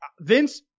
Vince